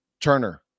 Turner